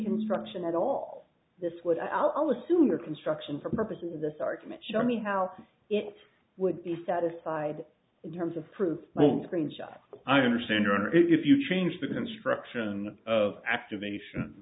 instruction at all this would i'll assume your construction for purposes of this argument show me how it would be satisfied in terms of proof green jobs i understand or if you change the construction of activation